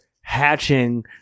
hatching